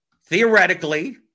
Theoretically